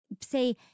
say